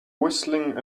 whistling